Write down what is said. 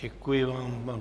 Děkuji vám.